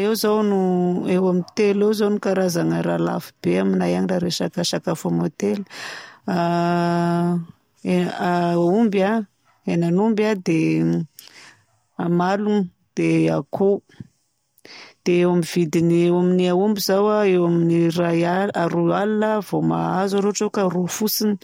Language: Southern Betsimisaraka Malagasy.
Eo zao no, eo amin'ny telo eo zao ny karazagna raha lafobe aminay agny raha resaka sakafo amin'ny hôtely. omby a, henan'omby a, dia amalogna, dia akoho. Dia ny vidin'ny aomby zao a eo amin'ny ray ali- roa alina vao mahazo raha ohatra ka ro fotsiny.